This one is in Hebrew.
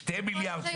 שני מיליארד שקל,